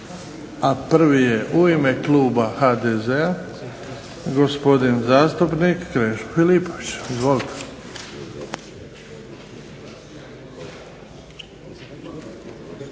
Prvi je u ime kluba HDZ-a gospodin zastupnik Krešo Filipović, izvolite.